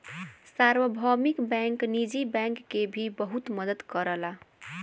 सार्वभौमिक बैंक निजी बैंक के भी बहुत मदद करला